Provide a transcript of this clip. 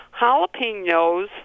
jalapenos